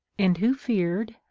and who feared,